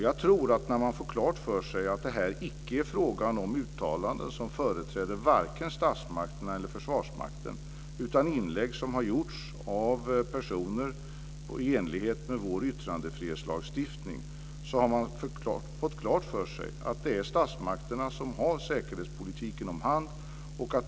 Jag tror att man har fått klart för sig att det här är frågan om uttalanden från personer som varken företräder statsmakterna eller Försvarsmakten. Det är frågan om inlägg som har gjorts av personer i enlighet med vår yttrandefrihetslagstiftning. Jag tror att man har fått klart för sig att det är statsmakterna som har hand om säkerhetspolitiken.